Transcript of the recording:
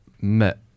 met